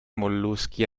molluschi